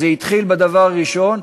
אז זה התחיל בדבר הראשון,